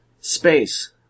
space